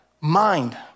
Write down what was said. mind